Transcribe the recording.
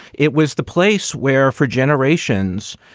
it was the place where for generations,